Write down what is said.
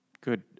Good